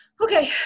Okay